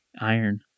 Iron